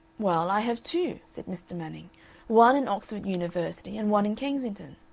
well, i have two, said mr. manning one in oxford university and one in kensington.